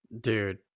Dude